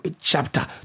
chapter